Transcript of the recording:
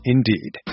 Indeed